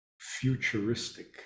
futuristic